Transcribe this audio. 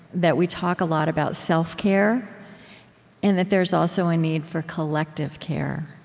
that we talk a lot about self-care and that there's also a need for collective care,